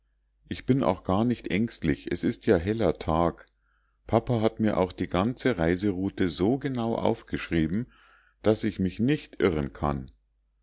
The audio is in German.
ich bin auch gar nicht ängstlich es ist ja heller tag papa hat mir auch die ganze reiseroute so genau aufgeschrieben daß ich mich nicht irren kann